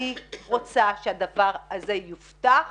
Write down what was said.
אני רוצה שהדבר הזה יובטח